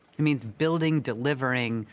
it means building, delivering,